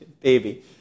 baby